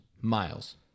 Miles